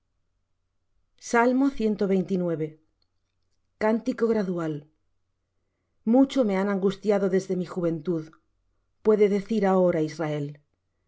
paz sobre israel cántico gradual mucho me han angustiado desde mi juventud puede decir ahora israel